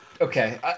Okay